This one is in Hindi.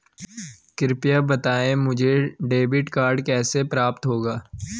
कृपया बताएँ मुझे डेबिट कार्ड कैसे प्राप्त होगा?